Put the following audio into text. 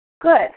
Good